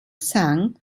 sang